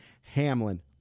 Hamlin